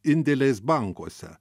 indėliais bankuose